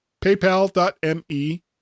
paypal.me